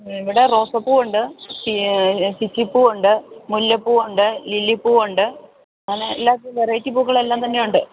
ഇവിടെ റോസാപ്പൂവുണ്ട് പിച്ചിപ്പൂവുണ്ട് മുല്ലപ്പൂവുണ്ട് ലില്ലിപ്പൂവുണ്ട് എല്ലാത്തരം വെറൈറ്റി പൂക്കളെല്ലാം തന്നെയുണ്ട്